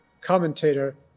commentator